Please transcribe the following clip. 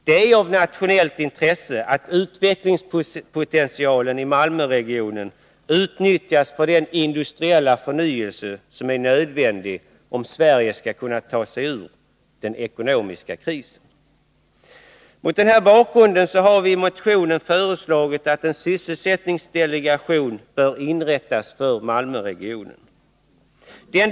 Det är av nationellt intresse att utvecklingspotentialen i Malmöregionen utnyttjas för den industriella förnyelse som är nödvändig om Sverige skall kunna ta sig ur den ekonomiska krisen. Mot denna bakgrund har vi i motionen föreslagit att en sysselsättningsdelegation inrättas för Malmöregionen.